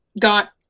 got